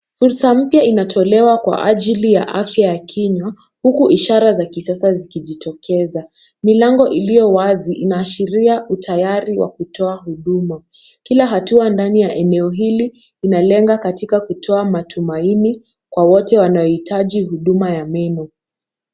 Fursa mpya inatolewa kwa ajili ya afya ya kinywa, huku ishara za kisasa zikijitokeza. Milango iliyo wazi inaashiria utayari wa kutoa huduma. Kila hatua ndani ya eneo hili inalenga katika kutoa matumaini kwa wote wanaohitaji huduma ya meno.